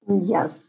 yes